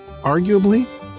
arguably